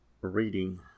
reading